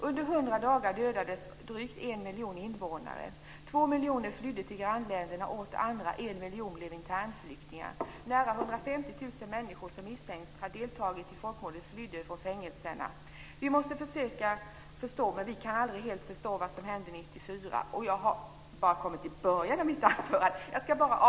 Under 100 dagar dödades drygt en miljon invånare. Två miljoner flydde till grannländerna och en miljon blev internflyktingar. Nära 150 000 personer som misstänks ha deltagit i folkmordet fyllde på fängelserna. Vi måste försöka men kan aldrig helt förstå vad som hände 1994.